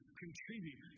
contribute